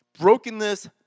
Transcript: Brokenness